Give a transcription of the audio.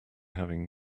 having